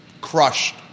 crushed